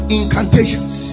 incantations